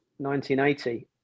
1980